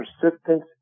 persistence